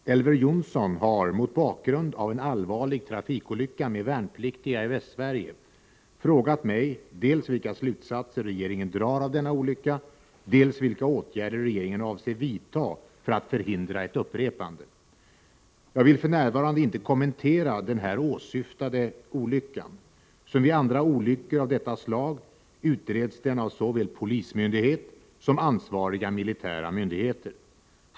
Herr talman! Elver Jonsson har — mot bakgrund av en allvarlig trafikolycka med värnpliktiga i Västsverige — frågat mig dels vilka slutsatser regeringen drar av denna olycka, dels vilka åtgärder regeringen avser vidta för att förhindra ett upprepande. Jag vill för närvarande inte kommentera den här åsyftade olyckan. Denna olycka liksom andra olyckor av detta slag utreds av såväl polismyndighet som ansvariga militära myndigheter.